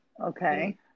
Okay